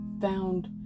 found